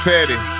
Fetty